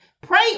Pray